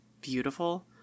beautiful